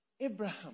Abraham